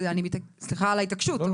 סליחה על ההתעקשות,